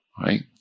right